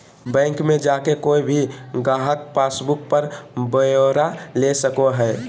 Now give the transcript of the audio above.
bank मे जाके कोय भी गाहक पासबुक पर ब्यौरा ले सको हय